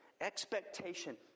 expectation